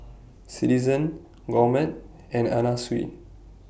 Citizen Gourmet and Anna Sui